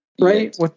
right